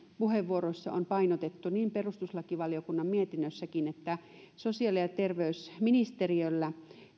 puheenvuoroissa on painotettu niin on painotettu perustuslakivaliokunnan mietinnössäkin että sosiaali ja terveysministeriöllä